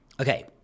Okay